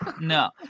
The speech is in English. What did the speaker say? no